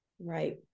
Right